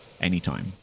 anytime